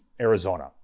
Arizona